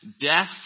death